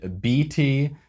BT